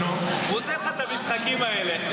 והוא עושה לך את המשחקים האלה,